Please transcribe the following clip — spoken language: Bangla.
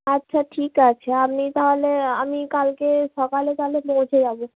আচ্ছা ঠিক আছে আমি তাহলে আমি কালকে সকালে তাহলে পৌঁছে যাবো